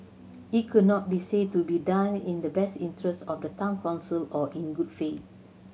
it could not be said to be done in the best interest of the Town Council or in good faith